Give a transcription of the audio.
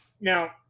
Now